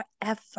forever